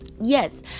yes